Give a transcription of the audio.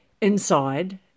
inside